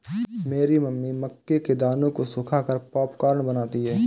मेरी मम्मी मक्के के दानों को सुखाकर पॉपकॉर्न बनाती हैं